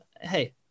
hey